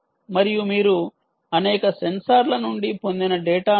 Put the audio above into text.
మరియు మీరు అనేక సెన్సార్ల నుండి పొందిన డేటాను